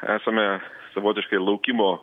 esame savotiškai laukimo